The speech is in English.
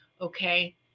okay